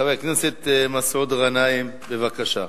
חבר הכנסת מסעוד גנאים, בבקשה.